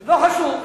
לא חשוב.